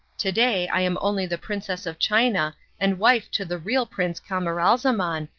to-day i am only the princess of china and wife to the real prince camaralzaman,